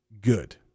good